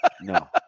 no